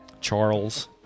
charles